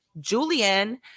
julian